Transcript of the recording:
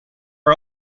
are